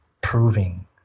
proving